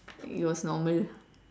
it was normal